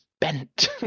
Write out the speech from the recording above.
bent